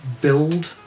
build